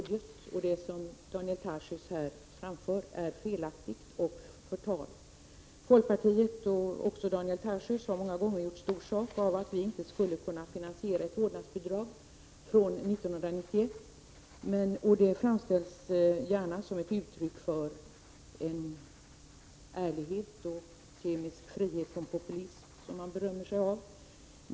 Det som Daniel Tarschys här framför är felaktigt, och det är förtal. Folkpartiet och Daniel Tarschys har många gånger gjort stor sak av att vi i centern inte skulle kunna finansiera ett vårdnadsbidrag fr.o.m. 1991. Folkpartiets agerande framställs gärna som ett uttryck för ärlighet och kemisk frihet från populism, som folkpartiet berömmer sig av.